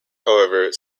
however